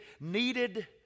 needed